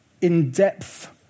in-depth